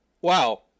wow